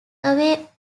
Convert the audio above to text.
away